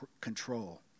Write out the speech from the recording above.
control